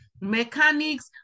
mechanics